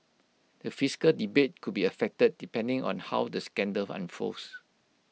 the fiscal debate could be affected depending on how the scandal unfolds